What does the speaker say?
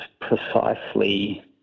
precisely